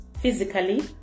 physically